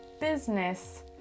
business